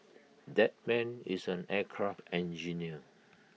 that man is an aircraft engineer